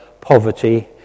poverty